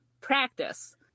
practice